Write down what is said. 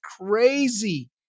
crazy